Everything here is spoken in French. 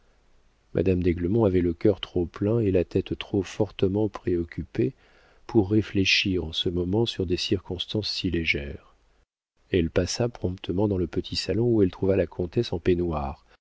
madame d'aiglemont avait le cœur trop plein et la tête trop fortement préoccupée pour réfléchir en ce moment sur des circonstances si légères elle passa promptement dans le petit salon où elle trouva la comtesse en peignoir